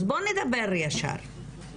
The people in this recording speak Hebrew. אז בוא נדבר ישר, אוקי,